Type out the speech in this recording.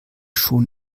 schon